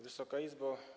Wysoka Izbo!